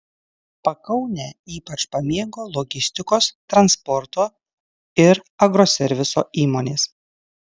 pakaunę ypač pamėgo logistikos transporto ir agroserviso įmonės